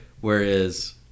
Whereas